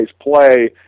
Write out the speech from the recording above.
play